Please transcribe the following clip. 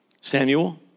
Samuel